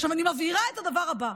עכשיו אני מבהירה את הדבר הבא: